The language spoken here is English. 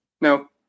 No